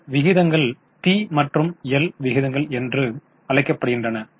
இந்த விகிதங்கள் பி மற்றும் எல் விகிதங்கள் என்றும் அழைக்கப்படுகின்றன